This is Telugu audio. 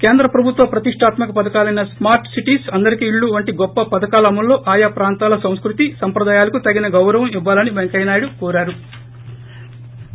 కేంద్ర ప్రభుత్వ ప్రతిష్టాత్మక పథకాలైన స్మార్ట్ సిట్స్ అందరికీ ఇళ్లు వంటి గొప్ప పథకాల అమల్లో ఆయా ప్రాంతాల సంస్కృతి సంప్రదాయాలకు తగిన గౌరవం ఇవ్వాలని పెంకయ్య నాయుడు కోరారు